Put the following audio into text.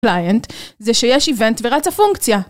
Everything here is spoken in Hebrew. קליינט, זה שיש איבנט ורצה פונקציה.